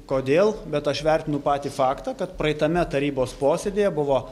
kodėl bet aš vertinu patį faktą kad praeitame tarybos posėdyje buvo